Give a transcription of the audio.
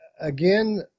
Again